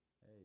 Hey